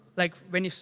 like, when you,